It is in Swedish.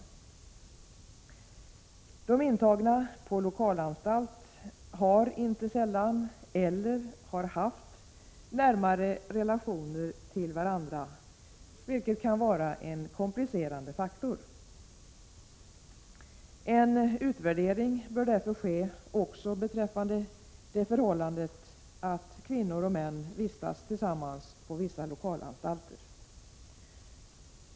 Inte sällan förekommer det att de intagna på lokalanstalt har eller har haft närmare relationer till varandra, vilket kan vara en komplicerande faktor. En utvärdering bör därför ske också beträffande det förhållandet att kvinnor och män vistas tillsammans på vissa lokalanstalter.